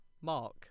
Mark